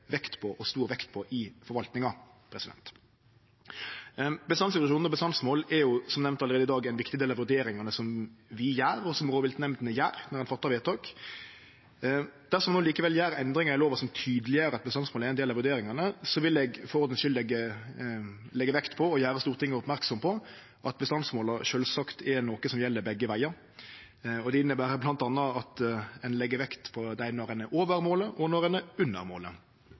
vekt på – og stor vekt på – i forvaltinga. Bestandsreduksjon og bestandsmål er som nemnt allereie i dag ein viktig del av dei vurderingane vi gjer, og som rovviltnemndene gjer, når ein fattar vedtak. Dersom ein no likevel gjer endringar i lova som tydeleggjer at bestandsmål er ein del av vurderingane, vil eg for ordens skuld leggje vekt på, og gjere Stortinget merksam på, at bestandsmåla sjølvsagt er noko som gjeld begge vegar. Det inneber bl.a. at ein legg vekt på dei når ein er over målet, og når ein er under målet.